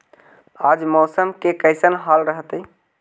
आज मौसम के कैसन हाल रहतइ?